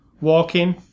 walking